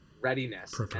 readiness